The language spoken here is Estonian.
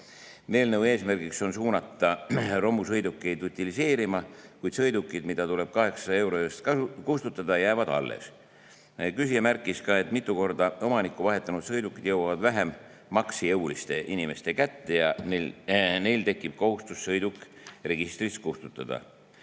Eelnõu eesmärk on suunata romusõidukeid utiliseerima, kuid sõidukid, mis tuleb 800 euro eest kustutada, jäävad alles. Küsija märkis ka, et mitu korda omanikku vahetanud sõidukid jõuavad vähem maksejõuliste inimeste kätte ja neil tekib kohustus sõiduk registrist kustutada.